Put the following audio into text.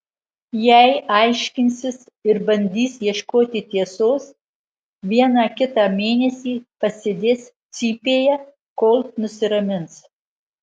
jei aiškinsis ir bandys ieškoti tiesos vieną kitą mėnesį pasėdės cypėje kol nusiramins